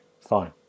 fine